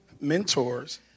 mentors